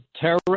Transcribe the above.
terror